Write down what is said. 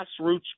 grassroots